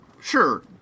Sure